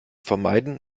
vermeiden